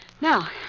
Now